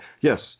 Yes